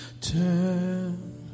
Turn